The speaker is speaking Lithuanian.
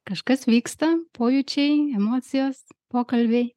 kažkas vyksta pojūčiai emocijos pokalbiai